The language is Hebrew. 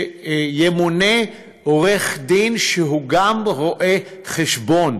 שימונה עורך-דין שהוא גם רואה-חשבון,